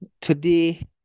Today